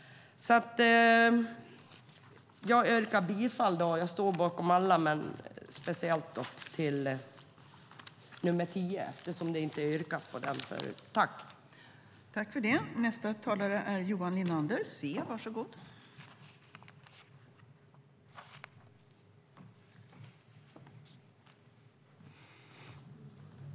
Vi står bakom alla våra reservationer, men jag vill speciellt yrka bifall till reservation 10, eftersom ingen har yrkat bifall till den förut. I detta anförande instämde Marianne Berg .